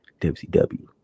WCW